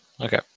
Okay